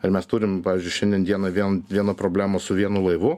ir mes turim pavyzdžiui šiandien dieną vien vieną problemą su vienu laivu